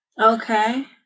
Okay